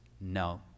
no